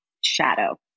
shadow